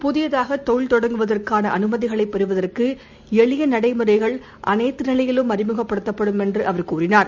புதியதாகதொழில் தொடங்குவதற்கானஅமைதிகளைப் பெறுவதற்குஎளியநடைமுறைகள் அனைத்துநிலையிலும் அறிமுகப்படுத்தப்படும் என்றுஅவர் கூறினார்